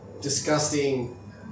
disgusting